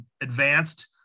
advanced